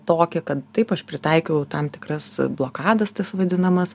tokį kad taip aš pritaikiau tam tikras blokadas tas vadinamas